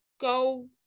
go